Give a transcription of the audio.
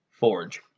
Forge